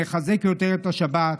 נחזק יותר את השבת.